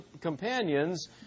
companions